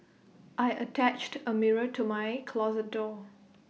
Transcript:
I attached A mirror to my closet door